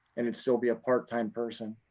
and it still be a part-time person.